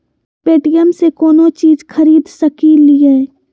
Paytm से कौनो चीज खरीद सकी लिय?